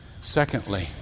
Secondly